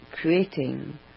creating